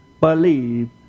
believe